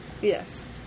Yes